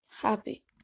happy